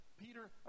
Peter